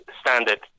standard